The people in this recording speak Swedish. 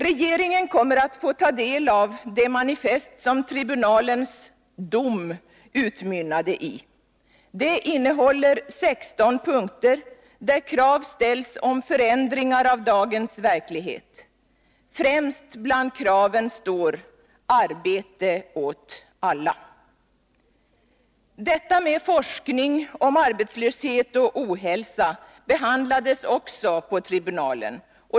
Regeringen kommer att få ta del av det manifest som tribunalens ”dom” utmynnade i. Det innehåller 16 punkter där krav ställs om förändringar av dagens verklighet. Främst bland kraven står: Arbete åt alla! Forskningen om arbetslöshet och ohälsa behandlades också på tribunalen.